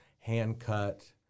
Hand-cut